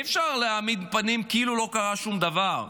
אי-אפשר להעמיד פנים כאילו לא קרה שום דבר.